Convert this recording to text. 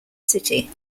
city